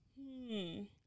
-hmm